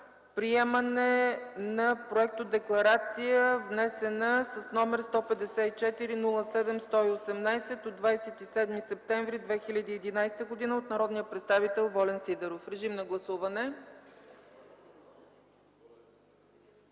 приемане на проектодекларация, внесена с № 154-07-118 от 27 септември 2011 г. от народния представител Волен Сидеров. Моля, гласувайте.